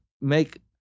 make